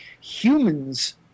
humans